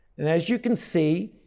and as you can see,